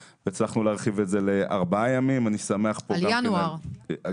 הצלחנו להרחיב את זה לארבעה ימים במקום יום אחד מינואר והלאה.